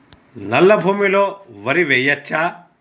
నల్లా భూమి లో వరి వేయచ్చా?